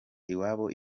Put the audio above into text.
iwabo